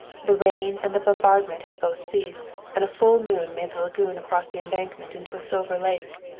the rain and the bombardment had both ceased, and a full moon made the lagoon across the embankment into a silver lake.